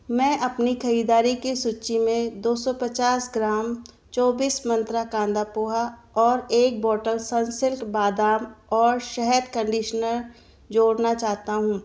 मैं अपनी ख़रीदारी की सूची में दो सौ पचास ग्राम चौबीस मंत्रा कांदा पोहा और एक बॉटल सनसिल्क बादाम और शहद कंडिशनर जोड़ना चाहता हूँ